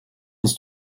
uns